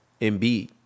Embiid